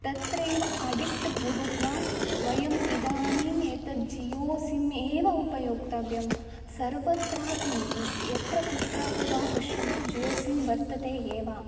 तत्रैव अडिक्ट् भूत्वा वयम् इदानीम् एतद् जियो सिम् एव उपयोक्तव्यं सर्वत्रापि यत्र कुत्रापि वा पश्यन्तु जियो सिं वर्तते एव